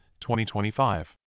2025